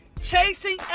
chasing